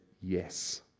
yes